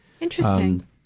Interesting